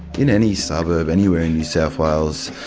in any suburb anywhere in new south wales,